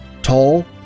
Tall